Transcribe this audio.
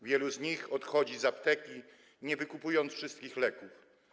Wielu z nich odchodzi z apteki, nie wykupując wszystkich leków.